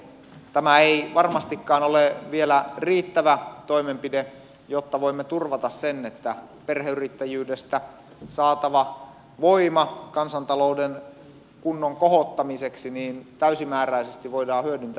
tämä ei varmastikaan ole vielä riittävä toimenpide jotta voimme turvata sen että perheyrittäjyydestä saatava voima kansantalouden kunnon kohottamiseksi täysimääräisesti voidaan hyödyntää